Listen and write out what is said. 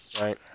right